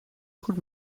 goed